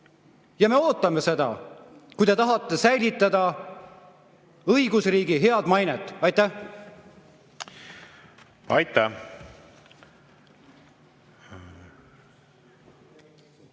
Ja me ootame seda, kui te tahate säilitada õigusriigi head mainet. Aitäh! Aitäh!